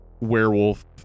werewolf